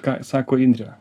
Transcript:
ką sako indrė